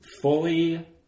fully